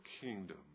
kingdom